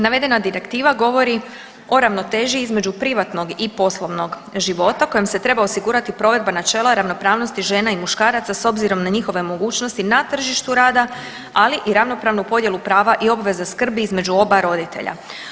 Navedena direktiva govori o ravnoteži između privatnog i poslovnog života kojom se treba osigurati provedba načela ravnopravnosti žena i muškaraca s obzirom na njihove mogućnosti na tržištu rada, ali i ravnopravnu podjelu prava i obveza skrbi između oba roditelja.